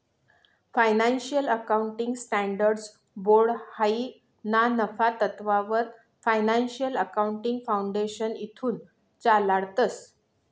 financial accounting standards board हायी ना नफा तत्ववर फायनान्शियल अकाउंटिंग फाउंडेशनकडथून चालाडतंस